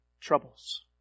troubles